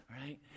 right